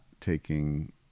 taking